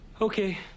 Okay